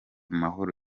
mahoro